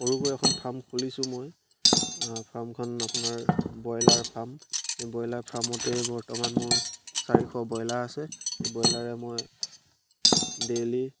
সৰুকৈ এখন ফাৰ্ম খুলিছোঁ মই ফাৰ্মখন আপোনাৰ ব্ৰইলাৰ ফাৰ্ম এই ব্ৰইলাৰ ফাৰ্মতে বৰ্তমান মোৰ চাৰিশ ব্ৰইলাৰ আছে এই ব্ৰইলাৰে মই ডেইলি